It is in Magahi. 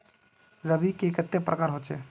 रवि के कते प्रकार होचे?